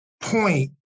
point